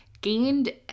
gained